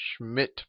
Schmidt